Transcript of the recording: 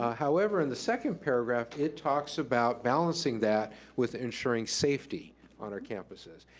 however in the second paragraph, it talks about balancing that with ensuring safety on our campuses.